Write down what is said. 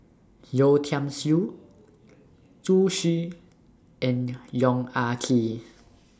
Yeo Tiam Siew Zhu Xu and Yong Ah Kee